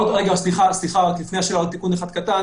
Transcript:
נעשו ונעשים.